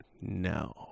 No